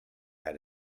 had